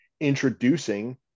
introducing